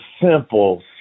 simple